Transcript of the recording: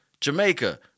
Jamaica